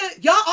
y'all